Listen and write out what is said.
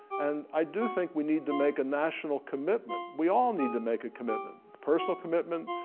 and i do think we need to make a national commitment. we all need to make a commitment, personal commitment,